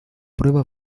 prueba